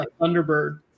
thunderbird